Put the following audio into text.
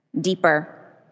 deeper